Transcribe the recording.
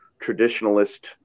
traditionalist